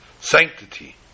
Sanctity